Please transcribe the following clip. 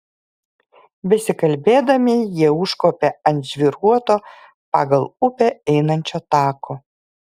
besikalbėdami jie užkopė ant žvyruoto pagal upę einančio tako